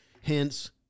hence